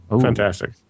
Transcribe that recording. Fantastic